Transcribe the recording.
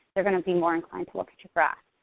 they're gonna be more inclined to look at your graph.